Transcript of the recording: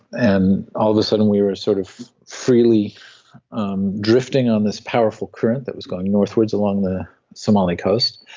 and all of a sudden we were sort of freely um drifting on this powerful current that was going northwards along the somali coast,